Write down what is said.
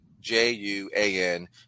J-U-A-N